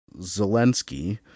Zelensky